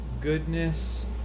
goodness